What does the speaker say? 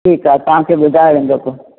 ठीकु आहे तव्हांखे ॿुधायो वेन्दो पोइ